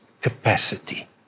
capacity